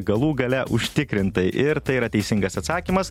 galų gale užtikrintai ir tai yra teisingas atsakymas